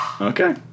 Okay